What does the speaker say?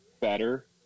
better